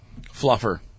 fluffer